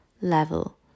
level